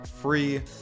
free